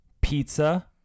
pizza